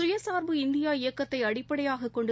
சுயசார்பு இந்தியா இயக்கத்தை அடிப்படையாக கொண்டு